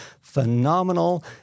phenomenal